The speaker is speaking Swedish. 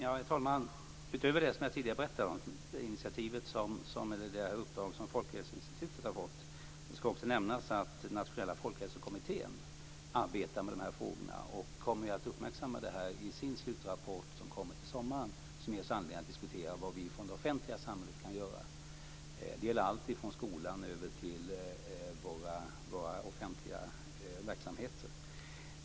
Herr talman! Utöver det initiativ som jag tidigare har berättat om, uppdraget till Folkhälsoinstitutet, ska också nämnas att Nationella folkhälsokommittén arbetar med de här frågorna och kommer att uppmärksamma dem i sin slutrapport som kommer till sommaren. Den kommer att ge oss anledning att diskutera vad vi från det offentliga samhället kan göra. Det gäller allt ifrån skolan till våra offentliga verksamheter.